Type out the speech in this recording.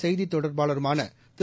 செய்தித் தொடர்பாளருமான திரு